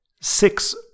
six